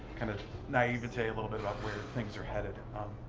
kind of naivete a little bit, about where things are headed,